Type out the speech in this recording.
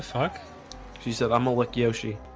huck she said i'm a lucky oh she